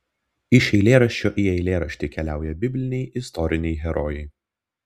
iš eilėraščio į eilėraštį keliauja bibliniai istoriniai herojai